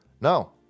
No